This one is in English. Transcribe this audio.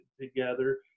together